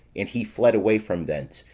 and he fled away from thence,